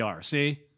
see